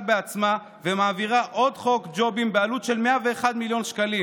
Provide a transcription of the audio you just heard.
בעצמה ומעבירה עוד חוק ג'ובים בעלות של 101 מיליון שקלים.